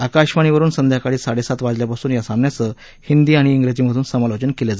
आकाशवाणीवरुन संध्याकाळी साडेसात वाजल्यापासून या सामन्याचं हिंदी आणि उजीमधून समालोचन केलं जाणार आहे